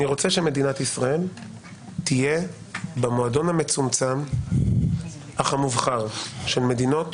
אני רוצה שמדינתי ישראל תהיה במועדון המצומצם אך המובחר של מדינות